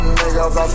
niggas